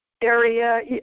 area